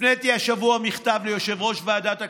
הפניתי השבוע מכתב ליושב-ראש ועדת הכספים,